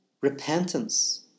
repentance